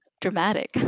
dramatic